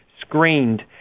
screened